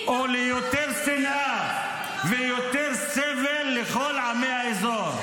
----- וליותר שנאה ויותר סבל לכל עמי האזור.